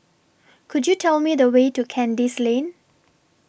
Could YOU Tell Me The Way to Kandis Lane